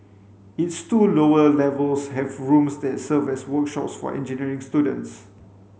its two lower levels have rooms that serve as workshops for engineering students